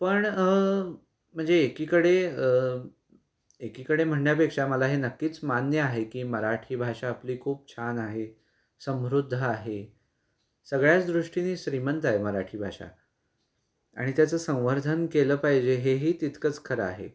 पण म्हणजे एकीकडे एकीकडे म्हणण्यापेक्षा मला हे नक्कीच मान्य आहे की मराठी भाषा आपली खूप छान आहे समृद्ध आहे सगळ्याच दृष्टींनी श्रीमंत आहे मराठी भाषा आणि त्याचं संवर्धन केलं पाहिजे हेही तितकंच खरं आहे